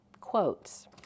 quotes